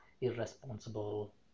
irresponsible